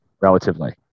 relatively